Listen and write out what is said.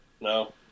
No